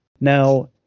Now